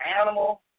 animal